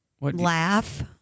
Laugh